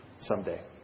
someday